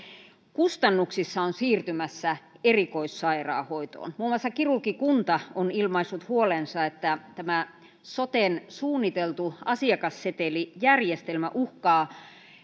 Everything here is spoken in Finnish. kustannuksissa on siirtymässä erikoissairaanhoitoon muun muassa kirurgikunta on ilmaissut huolensa siitä että tämä soten suunniteltu asiakassetelijärjestelmä uhkaa